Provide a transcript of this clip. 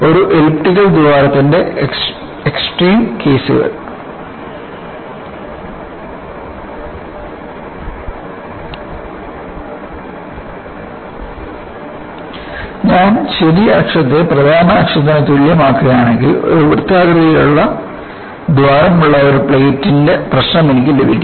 ഒരു എലിപ്റ്റിക്കൽ ദ്വാരത്തിന്റെ എക്സ്ട്രീം കേസുകൾ ഞാൻ ചെറിയ അക്ഷത്തെ പ്രധാന അക്ഷത്തിന് തുല്യമാക്കുകയാണെങ്കിൽ ഒരു വൃത്താകൃതിയിലുള്ള ദ്വാരമുള്ള ഒരു പ്ലേറ്റിന്റെ പ്രശ്നം എനിക്ക് ലഭിക്കും